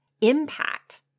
impact